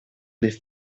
des